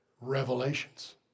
revelations